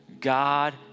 God